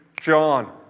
John